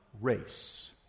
race